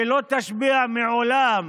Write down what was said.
שלא תשפיע לעולם